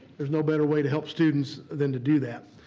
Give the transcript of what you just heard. there's no better way to help students than to do that.